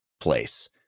place